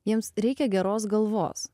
jiems reikia geros galvos